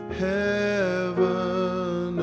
heaven